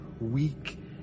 weak